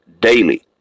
Daily